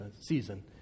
season